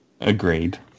Agreed